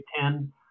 Ten